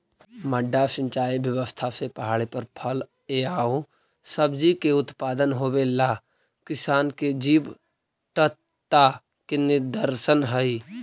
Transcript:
मड्डा सिंचाई व्यवस्था से पहाड़ी पर फल एआउ सब्जि के उत्पादन होवेला किसान के जीवटता के निदर्शन हइ